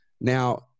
Now